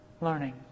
learning